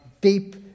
deep